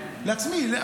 לעצמי,